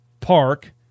park